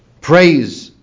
praise